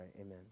amen